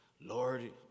Lord